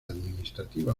administrativa